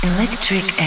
Electric